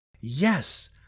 Yes